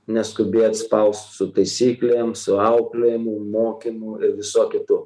neskubėt spaust su taisyklėm su auklėjimu mokymu ir visu kitu